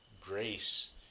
grace